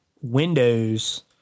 Windows